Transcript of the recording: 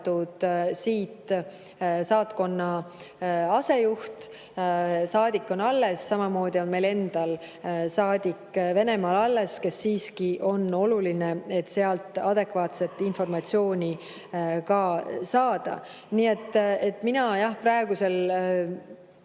saatkonna asejuht, saadik on alles. Samamoodi on meil endal saadik Venemaal alles, see on siiski oluline, et sealt adekvaatset informatsiooni saada. Mina praegusel